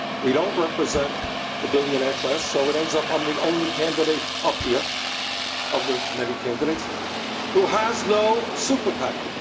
we don't represent the billionaire class, so it ends up i'm the only candidate up here of the many candidates who has no super pac.